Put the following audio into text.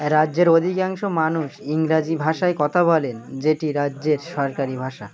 রাজ্যের অধিকাংশ মানুষ ইংরাজি ভাষায় কথা বলেন যেটি রাজ্যের সরকারি ভাষা